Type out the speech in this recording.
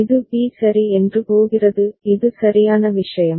இது b சரி என்று போகிறது இது சரியான விஷயம்